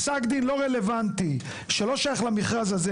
פסק דין לא רלוונטי שלא שייך למכרז הזה,